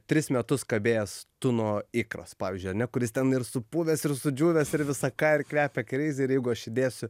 tris metus kabėjęs tuno ikras pavyzdžiui ane kuris ten ir supuvęs ir sudžiūvęs ir visa ką ir kvepia crazy ir jeigu aš įdėsiu